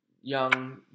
young